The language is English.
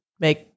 make